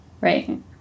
right